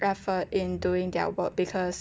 effort in doing their work because